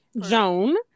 Joan